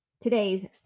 Today's